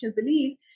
beliefs